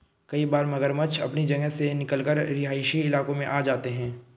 कई बार मगरमच्छ अपनी जगह से निकलकर रिहायशी इलाकों में आ जाते हैं